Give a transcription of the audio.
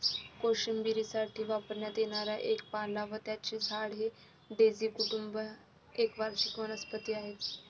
कोशिंबिरीसाठी वापरण्यात येणारा एक पाला व त्याचे झाड हे डेझी कुटुंब एक वार्षिक वनस्पती आहे